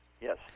Yes